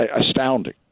astounding